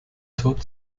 tod